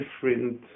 different